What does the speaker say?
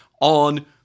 on